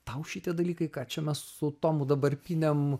tau šitie dalykai ką čia mes su tomu dabar pynėm